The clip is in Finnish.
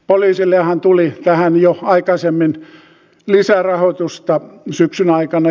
poliisillehan tuli tähän jo aikaisemmin lisärahoitusta syksyn aikana